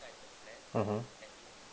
mmhmm